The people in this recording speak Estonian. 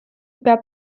peab